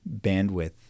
bandwidth